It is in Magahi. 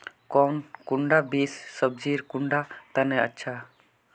कौन कुंडा बीस सब्जिर कुंडा तने अच्छा?